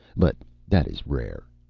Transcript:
but that is rare.